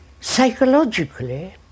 psychologically